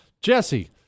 Jesse